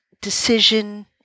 decision